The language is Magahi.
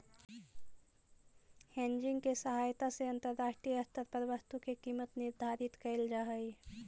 हेजिंग के सहायता से अंतरराष्ट्रीय स्तर पर वस्तु के कीमत निर्धारित कैल जा हई